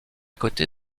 côté